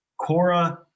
Cora